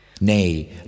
Nay